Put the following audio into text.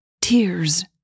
Tears